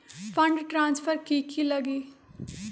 Fund transfer कि की लगी?